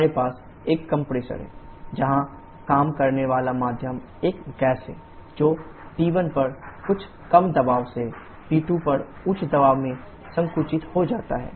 हमारे पास एक कंप्रेसर है जहां काम करने वाला माध्यम एक गैस है जो P1 पर कुछ कम दबाव से P2 पर उच्च दबाव में संकुचित हो जाता है